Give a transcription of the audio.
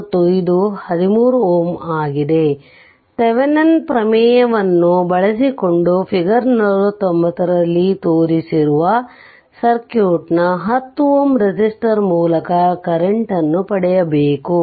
ಮತ್ತು ಇದು 13Ω ಆಗಿದೆ ಥೆವೆನಿನ್ ಪ್ರಮೇಯThevenin's theoremವನ್ನು ಬಳಸಿಕೊಂಡು ಫಿಗರ್ 49 ರಲ್ಲಿ ತೋರಿಸಿರುವ ಸರ್ಕ್ಯೂಟ್ನ 10 Ω ರೆಸಿಸ್ಟರ್ ಮೂಲಕ ಕರೆಂಟ್ ಕಂಡುಹಿಡಿಯಬೇಕು